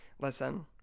Listen